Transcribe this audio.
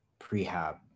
prehab